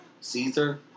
Caesar